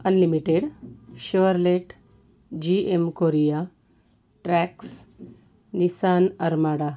unlimited Chevrolet G M Korea Trax Nissan Armada